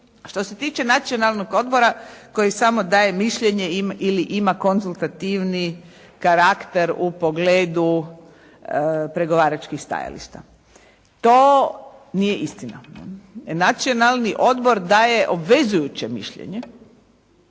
Što se tiče Nacionalnog odbora koji samo daje mišljenje ili ima konzultativni karakter u pogledu pregovaračkih stajališta. To nije istina. Nacionalni odbor daje obvezujuće mišljenje.